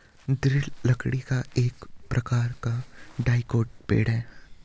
दृढ़ लकड़ी एक प्रकार का डाइकोट पेड़ है